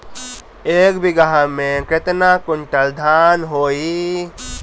एक बीगहा में केतना कुंटल धान होई?